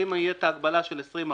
אם תהיה הגבלה של 20%,